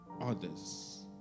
others